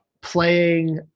Playing